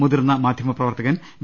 മുതിർന്ന മാധൃമ പ്രവർത്തകൻ വി